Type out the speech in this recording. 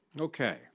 Okay